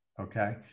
Okay